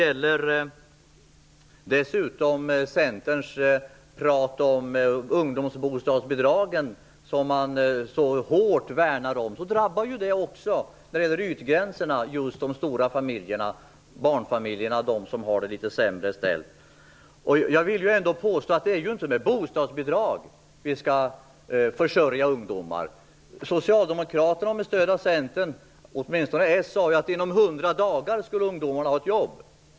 Inom Centern pratar man om ungdomsbostadsbidragen, som man värnar mycket. När det gäller ytgränserna drabbar också detta de stora barnfamiljerna som har det litet sämre ställt. Jag vill påstå att det inte är med bostadsbidrag vi skall försörja ungdomar. Socialdemokraterna har med stöd av Centern sagt att inom 100 dagar skulle ungdomarna ha ett jobb.